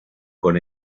con